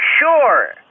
sure